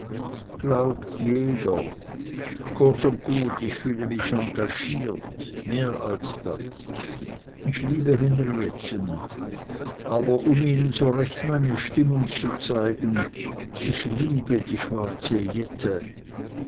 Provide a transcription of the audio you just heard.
glaubt jeder kurz und gut ich fühle mich engagiert mehr als das ich liebe henrietten oder um ihnen so recht meine stimmung zu zeigen ich liebe die schwarze jette